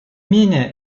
менее